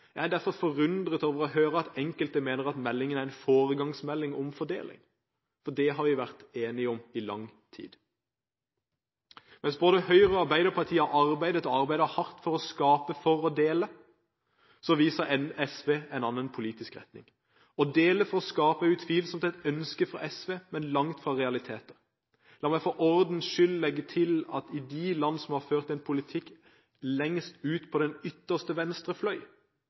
Jeg er derfor forundret over å høre at enkelte mener at meldingen er en foregangsmelding om fordeling, for det har vi vært enige om i lang tid. Mens både Høyre og Arbeiderpartiet har arbeidet, og arbeider hardt, for å skape for å dele, viser SV en annen politisk retning. Å dele for å skape er utvilsomt et ønske fra SV, men langt fra realiteter. La meg for ordens skyld legge til at i de land som har ført en politikk lengst ut på den ytterste